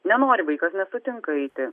nenori vaikas nesutinka eiti